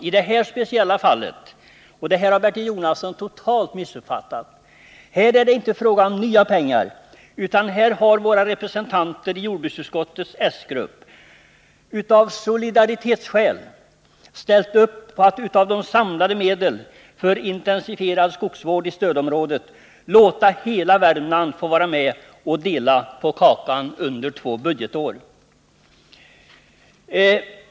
I detta speciella fall — och det har Bertil Jonasson totalt missuppfattat — är det inte fråga om nya pengar, utan här har representanter i jordbruksutskottets s-grupp av solidaritetsskäl ställt upp på att i fråga om de samlade medlen för intensifierad skogsvård i stödområdet låta hela Värmland få vara med och dela på kakan under två budgetår.